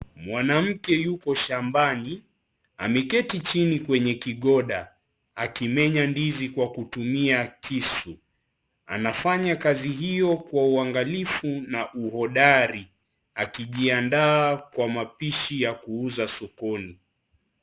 Mwanamke yuko shambani, ameketi chini kwenye kigoda akimenya ndizi kwa kutumia kisu, anafanya kazi hiyo kwa uangalifu na uhodari akijiandaa kwa mapishi ya kuuza sokoni.